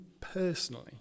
personally